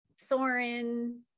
Soren